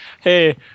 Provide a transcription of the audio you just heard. Hey